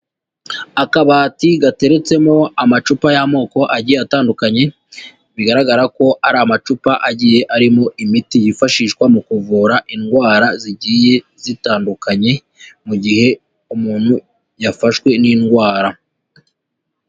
Akabati gateretsemo amacupa y'amoko agiye atandukanye, bigaragara ko ari amacupa agiye arimo imiti yifashishwa mu kuvura indwara zigiye zitandukanye, mu gihe umuntu yafashwe n'indwara.